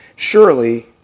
Surely